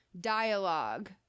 Dialogue